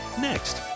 next